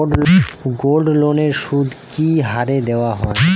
গোল্ডলোনের সুদ কি হারে দেওয়া হয়?